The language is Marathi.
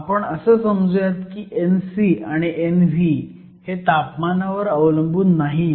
आपण असं समजूयात की Nc आणि Nv हे तापमानावर अवलंबून नाहीयेत